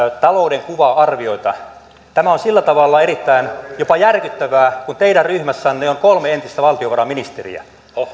taloudenkuva arviota tämä on sillä tavalla jopa erittäin järkyttävää että teidän ryhmässänne on kolme entistä valtiovarainministeriä